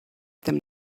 them